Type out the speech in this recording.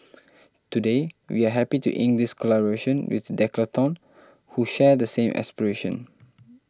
today we are happy to ink this collaboration with Decathlon who share the same aspiration